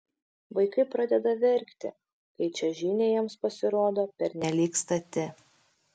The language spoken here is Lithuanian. vaikai pradeda verkti kai čiuožynė jiems pasirodo pernelyg stati